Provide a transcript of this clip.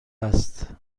هست